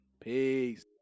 Peace